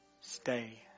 stay